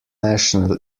national